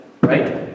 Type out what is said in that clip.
Right